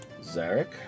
Zarek